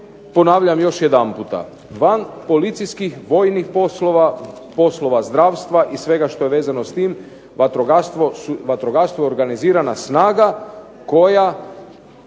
ponavljam još jedanputa. Van policijskih vojnih poslova, poslova zdravstva i svega što je vezano s tim vatrogastvo je organizirana snaga koja